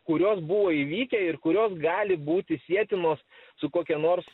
kurios buvo įvykę ir kurios gali būti sietinos su kokia nors